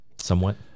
Somewhat